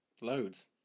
Loads